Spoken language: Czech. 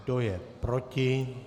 Kdo je proti?